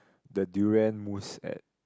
the durian mousse at